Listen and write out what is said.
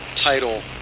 title